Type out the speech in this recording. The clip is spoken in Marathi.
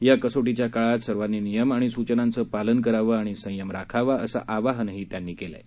या कसोटीच्या काळात सर्वांनी नियम आणि सूचनांचं पालन करावं आणि संयम राखावा असं आवाहन त्यांनी केलं आहे